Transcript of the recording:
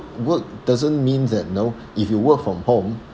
work doesn't mean that you know if you work from home